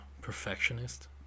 perfectionist